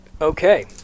Okay